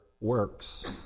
works